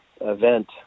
event